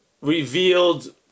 revealed